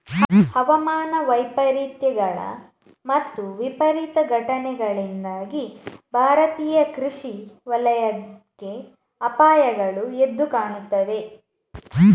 ಹವಾಮಾನ ವೈಪರೀತ್ಯಗಳು ಮತ್ತು ವಿಪರೀತ ಘಟನೆಗಳಿಂದಾಗಿ ಭಾರತೀಯ ಕೃಷಿ ವಲಯಕ್ಕೆ ಅಪಾಯಗಳು ಎದ್ದು ಕಾಣುತ್ತವೆ